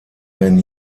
werden